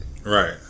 Right